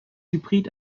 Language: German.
hybrid